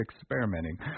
experimenting